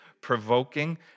provoking